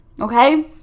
okay